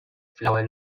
flower